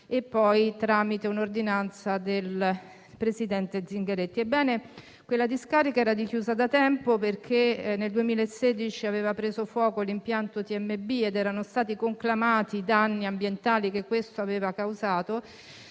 e poi tramite un'ordinanza del presidente Zingaretti. Ebbene, quella discarica era chiusa da tempo perché nel 2016 aveva preso fuoco l'impianto TMB ed erano stati conclamati i danni ambientali che questo aveva causato.